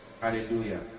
Hallelujah